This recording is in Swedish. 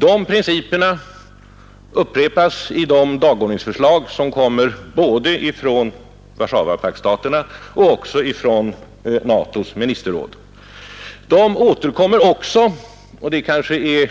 De principerna upprepas i de dagordningsförslag som kommer både från Warzawapaktsstaterna och från NATO :s ministerråd. De återkommer också — och det är kanske